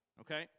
Okay